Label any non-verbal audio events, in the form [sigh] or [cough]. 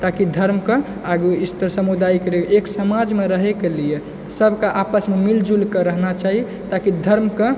ताकि धर्मके आगे [unintelligible] समुदायके लिये एक समाजमे रहयके लिये सबके आपसमे मिल जुलके रहना चाही ताकि धर्मके